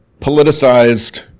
politicized